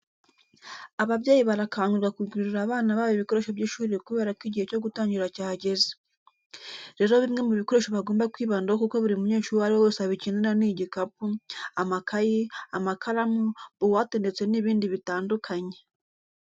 Ababyeyi barakangurirwa kugurira abana babo ibikoresho by'ishuri kubera ko igihe cyo gutangira cyageze. Rero bimwe mu bikoresho bagomba kwibandaho kuko buri munyeshuri uwo ari we wese abikenera ni igikapu, amakayi, amakaramu, buwate ndetse n'ibindi bitandukanye.